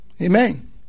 Amen